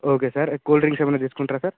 okay sir cool drinks ఏమన్నా తీసుకుంటారా sir